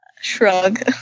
Shrug